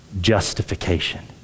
justification